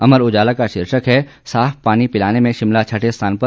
अमर उजाला का शीर्षक है साफ पानी पिलाने में शिमला छठे स्थान पर